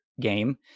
game